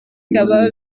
bikaba